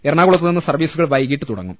എറണാകുളത്തു നിന്ന് സർവീസുകൾ വൈകീട്ട് തുടങ്ങും